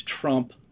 trump